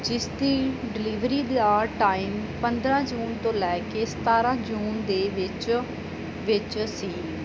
ਜਿਸ ਦੀ ਡਿਲੀਵਰੀ ਦਾ ਟਾਈਮ ਪੰਦਰ੍ਹਾਂ ਜੂਨ ਤੋਂ ਲੈ ਕੇ ਸਤਾਰ੍ਹਾਂ ਜੂਨ ਦੇ ਵਿੱਚ ਵਿੱਚ ਸੀ